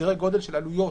סדרי גודל של עלויות,